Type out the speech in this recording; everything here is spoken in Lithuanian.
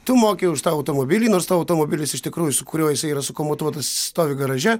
tu moki už tą automobilį nors tavo automobilis iš tikrųjų su kuriuo jisai yra sumutuotas stovi garaže